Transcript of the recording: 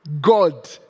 God